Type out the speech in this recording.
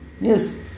Yes